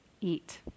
eat